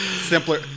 Simpler